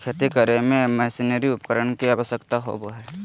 खेती करे में मशीनरी उपकरण के आवश्यकता होबो हइ